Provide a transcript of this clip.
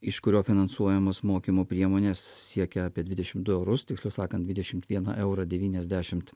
iš kurio finansuojamos mokymo priemonės siekia apie dvidešim du eurus tiksliau sakant dvidešimt vieną eurą devyniasdešimt